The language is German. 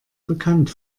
bekannt